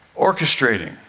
orchestrating